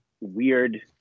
weird